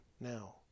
now